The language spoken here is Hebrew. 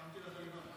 הסתייגות 22 לא נתקבלה.